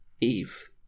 Eve